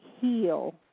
heal